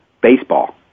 baseball